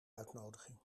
uitnodiging